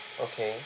okay